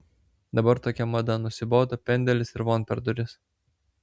dabar tokia mada nusibodo pendelis ir von per duris